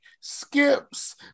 skips